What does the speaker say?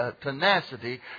tenacity